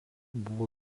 buvo